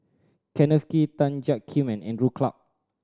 Kenneth Kee Tan Jiak Kim and Andrew Clarke